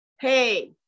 hey